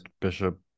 Bishop